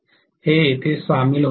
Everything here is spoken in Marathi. हे येथे सामील होत आहे